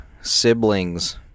Siblings